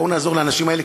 בואו נעזור לאנשים האלה,